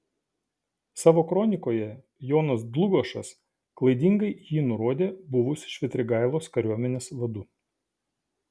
savo kronikoje jonas dlugošas klaidingai jį nurodė buvus švitrigailos kariuomenės vadu